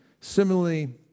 Similarly